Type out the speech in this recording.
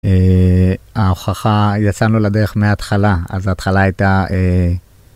ההוכחה, יצאנו לדרך מההתחלה, אז ההתחלה הייתה...